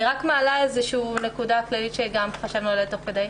אני מעלה נקודה כללית שחשבנו עליה תוך כדי.